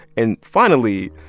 and finally,